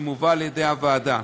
המובא על-ידי הוועדה.